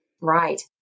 Right